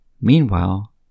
Meanwhile